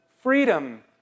Freedom